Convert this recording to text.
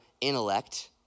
intellect